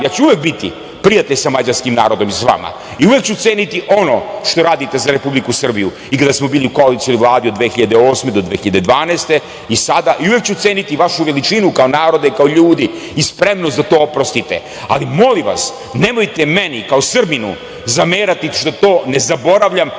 Ja ću uvek biti prijatelj sa mađarskim narodom i sa vama, i uvek ću centi ono što radite za Republiku Srbiju i kada smo bili u koalicionoj vladi od 2008. do 1012. godine i sada, i uvek ću ceniti vašu veličinu kao naroda, kao ljudi i spremnost da to oprostite. Ali, molim vas, nemojte meni kao Srbinu zamerati što to ne zaboravljam,